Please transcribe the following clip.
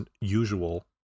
usual